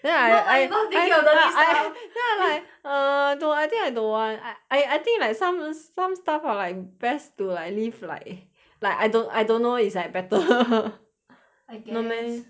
then I I I not like you not thinking about dirty stuff then I like err dude I think I don't want I I I think like som~ some stuff are like best to like leave like like I don~ I don't know it's like better I guess not meh